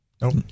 Nope